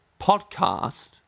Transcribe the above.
Podcast